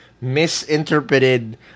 misinterpreted